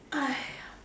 !aiya!